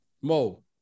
Mo